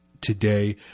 today